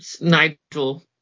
Nigel